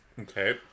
Okay